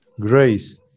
grace